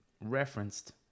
referenced